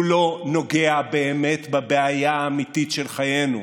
הוא לא נוגע באמת בבעיה האמיתית של חיינו.